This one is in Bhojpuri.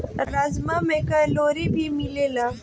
राजमा में कैलोरी भी मिलेला